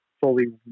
fully